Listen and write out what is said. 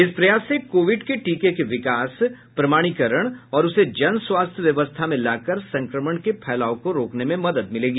इस प्रयास से कोविड के टीके के विकास प्रमाणीकरण और उसे जन स्वास्थ्य व्यवस्था में लाकर संक्रमण के फैलाव को रोकने में मदद मिलेगी